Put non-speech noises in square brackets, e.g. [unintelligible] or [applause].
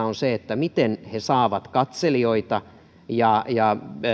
[unintelligible] on se miten ne saavat katselijoita ja ja